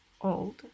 old